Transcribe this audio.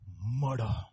Murder